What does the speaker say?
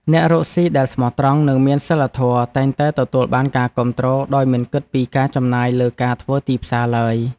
អ្នករកស៊ីដែលស្មោះត្រង់និងមានសីលធម៌តែងតែទទួលបានការគាំទ្រដោយមិនគិតពីការចំណាយលើការធ្វើទីផ្សារឡើយ។